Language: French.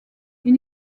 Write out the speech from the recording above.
une